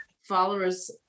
followers